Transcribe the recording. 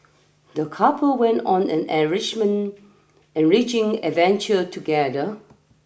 the couple went on an enrichment enriching adventure together